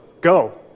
go